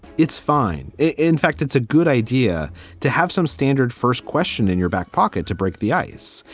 it's fine. in fact, it's a good idea to have some standard first question in your back pocket to break the ice.